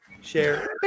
Share